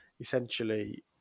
essentially